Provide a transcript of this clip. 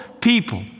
people